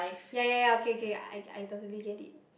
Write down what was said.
ya ya ya okay okay I I totally get it